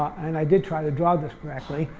and i did try to draw this correctly,